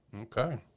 Okay